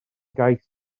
gais